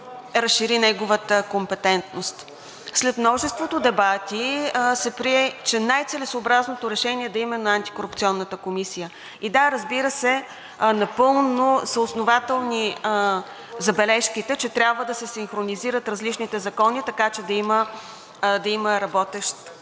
разшири неговата компетентност. След множеството дебати се прие, че най-целесъобразното решение е да бъде именно Антикорупционната комисия. И да, разбира се, напълно са основателни забележките, че трябва да се синхронизират различните закони, така че да има работещ